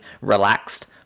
relaxed